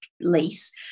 lease